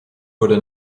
wurde